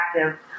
active